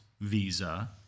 Visa